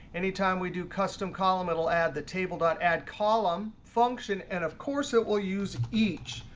anytime we do custom column, it'll add the table dot add column function, and, of course, it will use each.